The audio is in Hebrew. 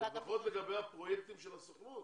לפחות לגבי הפרויקטים של הסוכנות,